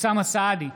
אוסאמה סעדי,